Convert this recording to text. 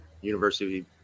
university